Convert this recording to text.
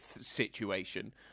situation